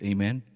Amen